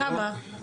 כמה?